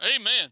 amen